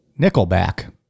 Nickelback